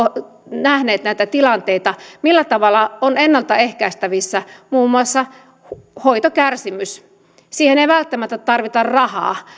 nähneet näitä tilanteita millä tavalla on ennalta ehkäistävissä muun muassa hoitokärsimys siihen ei välttämättä tarvita rahaa